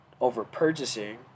over-purchasing